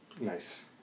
Nice